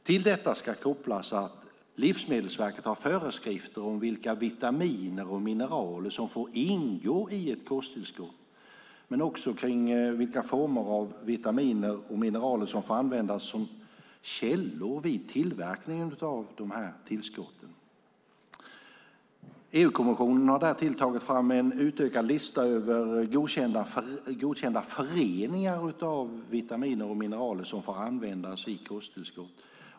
Till detta ska kopplas att Livsmedelsverket har föreskrifter om vilka vitaminer och mineraler som får ingå i ett kosttillskott, men också om vilka former av vitaminer och mineraler som får användas som källor vid tillverkningen av de här tillskotten. EU-kommissionen har därtill tagit fram en utökad lista över godkända föreningar av vitaminer och mineraler som får användas i kosttillskott.